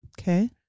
Okay